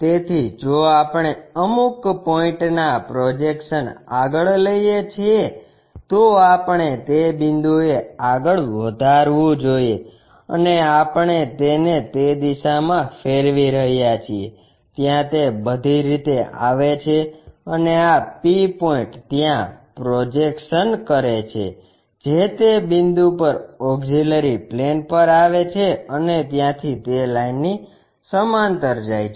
તેથી જો આપણે અમુક પોઇન્ટના પ્રોજેક્શન આગળ લઈએ છીએ તો આપણે તે બિંદુએ આગળ વધારવું જોઈએ અને આપણે તેને તે દિશામાં ફેરવી રહ્યા છીએ ત્યાં તે બધી રીતે આવે છે અને આ p પોઇન્ટ ત્યાં પ્રોજેક્શન કરે છે જે તે બિંદુ પર ઓક્ષીલરી પ્લેન પર આવે છે અને ત્યાંથી તે લાઇનની સમાંતર જાય છે